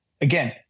Again